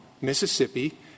Mississippi